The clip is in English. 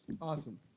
awesome